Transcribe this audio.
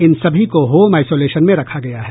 इन सभी को home isolation में रखा गया है